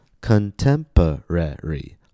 Contemporary